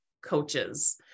coaches